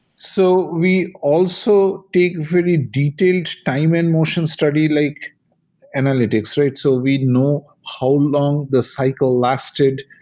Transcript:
so we also take very detailed time and motion study, like analytics, right? so we know how long the cycle lasted,